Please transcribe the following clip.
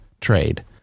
trade